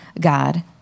God